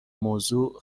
موضوع